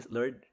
Lord